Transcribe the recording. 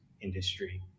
industry